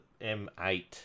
M8